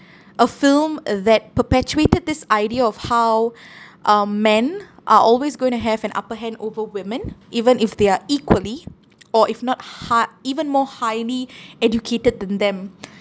a film uh that perpetuated this idea of how uh men are always going to have an upper hand over women even if they are equally or if not hi~ even more highly educated than them